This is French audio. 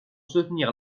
soutenir